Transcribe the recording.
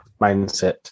mindset